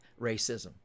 racism